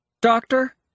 Doctor